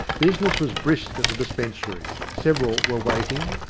business was brisk at the dispensary several were waiting,